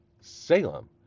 Salem